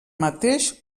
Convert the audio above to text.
mateix